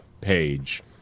page